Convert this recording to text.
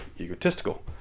egotistical